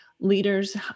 leaders